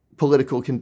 political